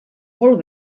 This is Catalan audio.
molt